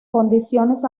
condiciones